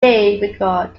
record